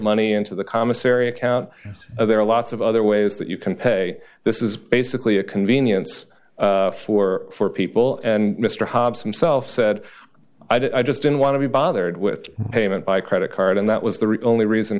money into the commissary account there are lots of other ways that you can pay this is basically a convenience for four people and mr hobbs himself said i just didn't want to be bothered with payment by credit card and that was the real only reason